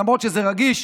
למרות שזה רגיש,